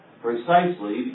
precisely